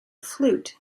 flute